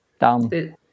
dumb